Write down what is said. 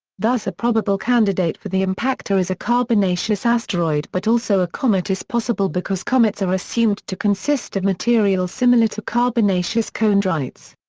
thus a probable candidate for the impactor is a carbonaceous asteroid but also a comet is possible because comets are assumed to consist of material similar to carbonaceous chondrites.